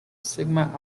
sigma